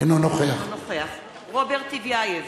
אינו נוכח רוברט טיבייב,